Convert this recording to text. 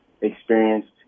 experienced